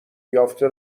یافته